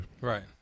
right